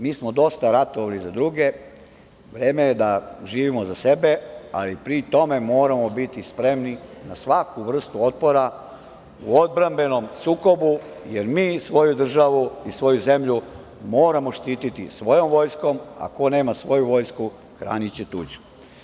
Mi smo dosta ratovali za druge, vreme je da živimo za sebe, ali pri tome moramo biti spremni na svaku vrstu otpora u odbrambenom sukobu, jer mi svoju državu i svoju zemlju moramo štititi svojom vojskom, a ko nema svoju vojsku hraniće tuđu.